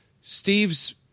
Steve's